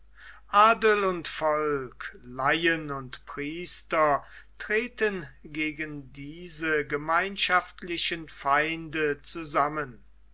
adel und volk laien und priester treten gegen diese gemeinschaftlichen feinde zusammen